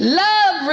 love